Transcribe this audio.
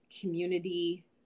community